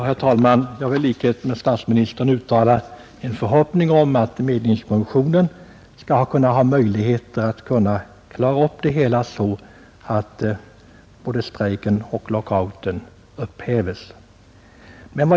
Herr talman! Jag vill i likhet med herr statsministern uttala en förhoppning om att medlingskommissionen skall kunna klara upp situationen på ett sådant sätt att både strejken och lockouten upphävs.